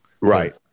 right